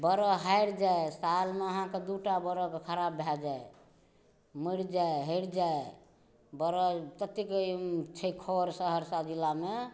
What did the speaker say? बरद हारि जाइ सालमे अहाँकेँ दू टा बरद खराब भए जाइ मरि जाइ हरि जाय बरद ततेक छै खढ़ सहरसा जिलामे